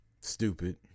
Stupid